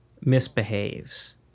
misbehaves